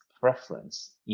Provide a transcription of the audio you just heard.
preference